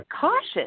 cautious